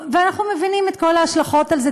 ואנחנו מבינים את כל ההשלכות של זה,